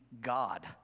God